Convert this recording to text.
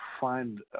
find